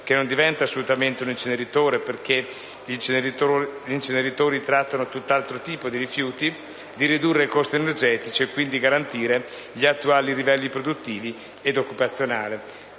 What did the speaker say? che non diventa assolutamente un inceneritore (perché gli inceneritori trattano tutt'altro tipo di rifiuti) di ridurre i costi energetici e quindi garantire gli attuali livelli produttivi e occupazionali.